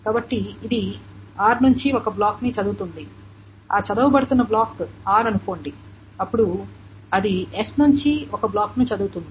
కాబట్టి ఇది r నుండి ఒక బ్లాక్ని చదువుతుంది ఈ చదువబడుతున్న బ్లాక్ r అనుకోండి అప్పుడు అది s నుండి ఒక బ్లాక్ని చదువుతుంది